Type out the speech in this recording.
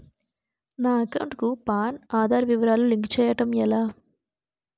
నా అకౌంట్ కు పాన్, ఆధార్ వివరాలు లింక్ చేయటం ఎలా?